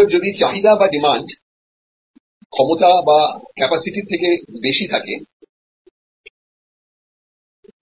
অতএব যদি চাহিদা ক্যাপাসিটি র থেকে বেশি থাকে